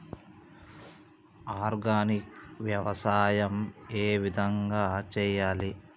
Organic వ్యవసాయం ఏ విధంగా చేయాలి?